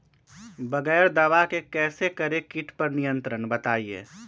बगैर दवा के कैसे करें कीट पर नियंत्रण बताइए?